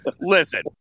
Listen